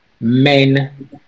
men